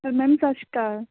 ਆ ਮੈਮ ਸਤਿ ਸ਼੍ਰੀ ਅਕਾਲ